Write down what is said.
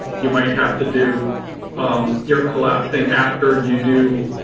you might have to do your collapsing after you do